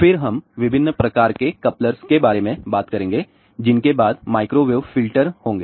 फिर हम विभिन्न प्रकार के कप्लर्स के बारे में बात करेंगे जिनके बाद माइक्रोवेव फिल्टर होंगे